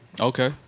Okay